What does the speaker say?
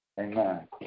Amen